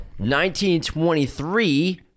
1923